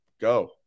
Go